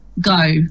go